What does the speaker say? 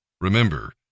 Remember